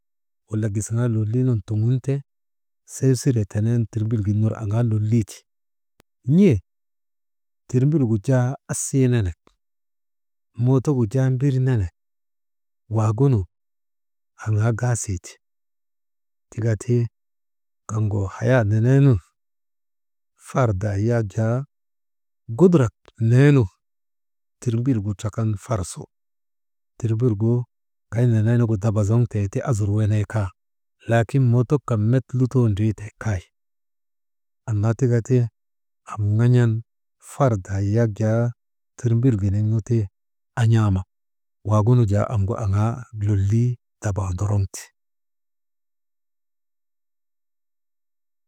Wala gisiŋaa lolii nun kuŋunte, sey siree tenee nu tirmbil ner aŋaa lolii ti, n̰ee tirmbilgu jaa asii nenek mootogu jaa mbir nenek, waagunu aŋaa gaasiiti, tika ti kaŋgu hayaa nenee nun fardaa yak jaa gudurak neenu, tirmbilgu trakan farsu, tirmbil gu kay nenee nuŋgu daba zoŋtee ti azur wenee kaa, laakin mootok kan met lutoo ndriitee kay, annatika ti am ŋan̰an fardaa yak jaa tirmbil giniŋnu ti an̰aama, waagunu jaa amgu aŋaa lolii daba ondoroŋte.